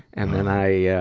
and then i, ah,